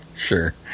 sure